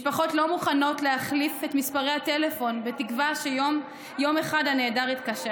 משפחות לא מוכנות להחליף את מספרי הטלפון בתקווה שיום אחד הנעדר יתקשר,